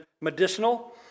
medicinal